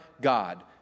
God